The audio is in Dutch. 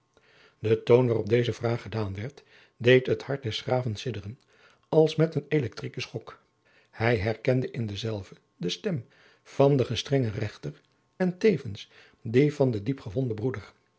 de toon waarop deze vraag gedaan werd deed het hart des graven sidderen als met een elektrieken schok hij herkende in denzelven de stem van den gestrengen rechter en tevens die van den diep gewonden broeder